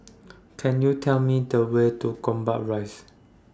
Can YOU Tell Me The Way to Gombak Rise